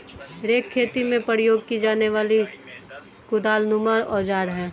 rake खेती में प्रयोग की जाने वाली कुदालनुमा औजार है